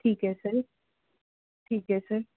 ਠੀਕ ਹੈ ਸਰ ਠੀਕ ਹੈ ਸਰ